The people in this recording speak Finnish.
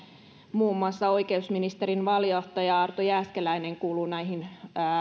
muun muassa oikeusministeriön vaalijohtaja arto jääskeläinen kuuluu näihin